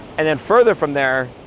and then further from there,